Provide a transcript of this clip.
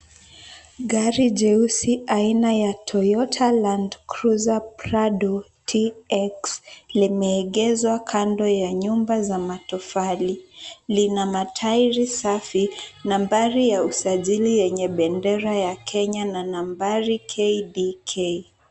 Gari jeusi aina ya Toyota Land Cruiser Prado tx, limeegezwa kando ya nyumba za matofali. Lina matairi safi, nambari ya usajili yenye bendera ya Kenya na nambari KDK.